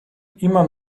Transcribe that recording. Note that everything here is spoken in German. immer